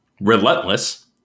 relentless